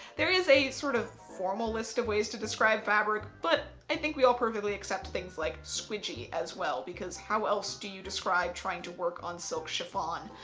there is a sort of formal list of ways to describe fabric but i think we all perfectly accept things like squidgy as well because how else do you describe trying to work on silk chiffon.